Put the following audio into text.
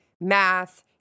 math